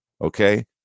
Okay